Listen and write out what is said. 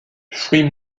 fruit